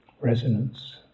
resonance